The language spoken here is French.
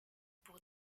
pour